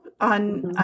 on